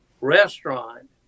restaurant